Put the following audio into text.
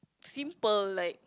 simple like